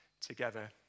together